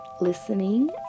listening